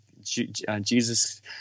Jesus